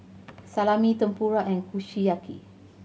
Salami Tempura and Kushiyaki